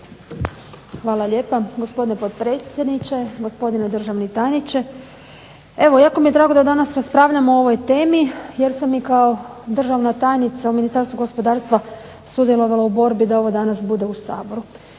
Hvala lijepa gospodine potpredsjedniče, gospodine državni tajniče. Evo jako mi je drago da danas raspravljamo o ovoj temi jer sam i kao državna tajnica u Ministarstvu gospodarstva sudjelovala u borbi da ovo danas bude u Saboru.